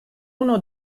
uno